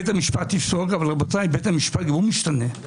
בית המשפט יפסוק, אבל גם בית המשפט משתנה.